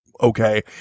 Okay